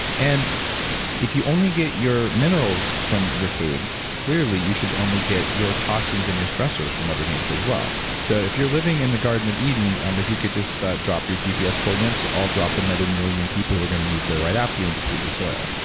and if you only get your minerals from your foods clearly, you should only get your toxins and your stressors for mother nature as well so if you're living in the garden of eden um but you could just ah drop your gps coordinates, i'll drop another million people who are going to move there right after you and deplete your soil.